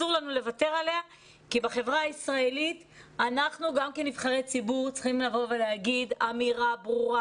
כי בחברה הישראלית אנחנו כנבחרי ציבור צריכים להגיד אמירה ברורה: